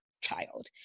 child